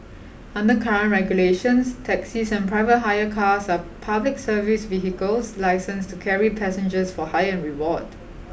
under current regulations taxis and private hire cars are public service vehicles licensed to carry passengers for hire and reward